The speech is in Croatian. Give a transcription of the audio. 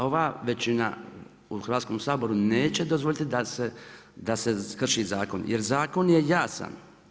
To ova većina u Hrvatskom saboru neće dozvoliti da se krši zakon, jer zakon je jasan.